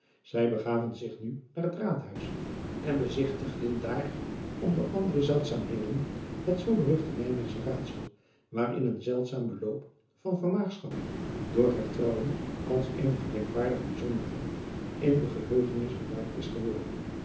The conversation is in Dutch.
ij begaven zich nu naar het aadhuis en bezigtigden daar onder andere zeldzaamheden het zoo beruchte ijmeegsche aadsel waarin een zeldzaam beloop van vermaagschapping door hertrouwen als eene gedenkwaardige bijzonderheid in de geheugenis bewaard is geworden